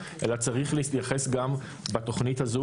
אלא צריך להתייחס גם בתוכנית הזו